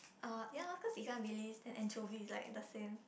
oh ya loh cause ikan bilis then anchovy is like the same